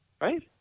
Right